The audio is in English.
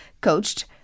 Coached